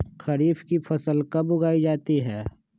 खरीफ की फसल कब उगाई जाती है?